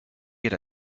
get